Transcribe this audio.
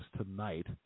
tonight